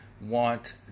want